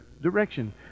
direction